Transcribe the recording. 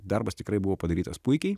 darbas tikrai buvo padarytas puikiai